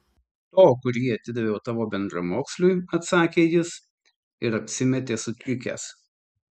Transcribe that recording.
to kurį atidaviau tavo bendramoksliui atsakė jis ir apsimetė sutrikęs